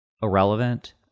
irrelevant